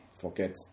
forget